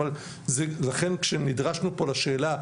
לכן שנדרשנו פה לשאלה,